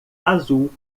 azul